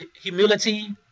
humility